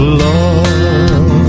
love